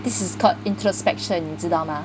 this is called introspection 知道吗